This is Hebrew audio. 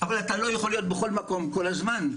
אבל אתה לא יכול להיות בכל מקום כל הזמן.